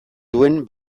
duen